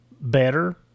better